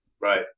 Right